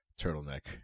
turtleneck